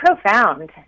profound